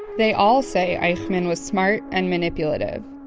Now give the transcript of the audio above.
they all say eichmann was smart and manipulative.